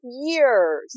years